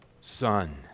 Son